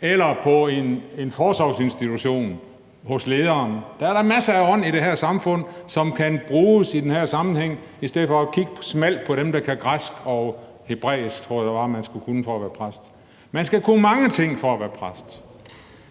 lederen på en forsorgsinstitution. Der er da masser af ånd i det her samfund, som kan bruges i den her sammenhæng. Find det i stedet for at kigge smalt på dem, der kan græsk og hebræisk, som jeg tror det er man skal kunne for at være præst. Man skal kunne mange ting for at være præst.